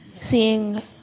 seeing